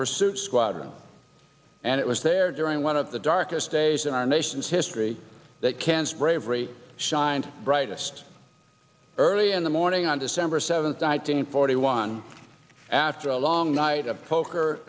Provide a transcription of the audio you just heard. pursuit squadron and it was there during one of the darkest days in our nation's history that cannes bravery shined brightest early in the morning on december seventh nineteen forty one after a long night of poker